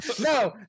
No